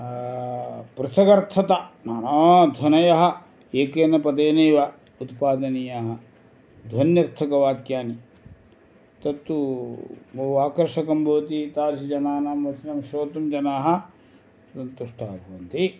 पृथगर्थता नाना ध्वनयः एकेन पदेनैव उत्पादनीयाः ध्वन्यर्थकवाक्यानि तत्तु बहु आकर्षकं भवति तादृशजनानां वचनं श्रोतुं जनाः सन्तुष्टाः भवन्ति